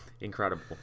incredible